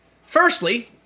Firstly